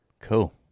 Cool